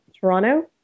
Toronto